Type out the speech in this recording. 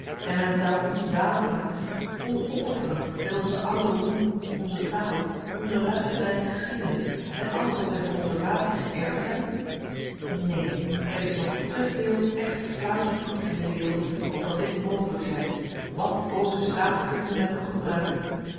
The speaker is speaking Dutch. en men zou ons walen maken ons opofferen met onze oude roem onze taal onze luisterrijke geschiedenis en alles wat wij van onze vaderen geërfd hebben neen er is nog te veel echt vlaams bloed in de wereld opdat dit mogelijk zij wat boze staatkunde men ook gebruike